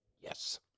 Yes